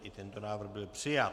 I tento návrh byl přijat.